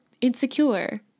insecure